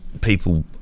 people